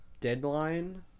Deadline